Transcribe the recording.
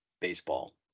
baseball